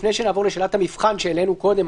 לפני שנעבור לשאלת המבחן שרק העלינו קודם,